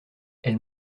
elle